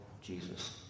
Jesus